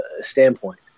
standpoint